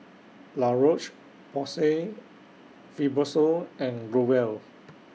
La Roche Porsay Fibrosol and Growell